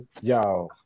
Yo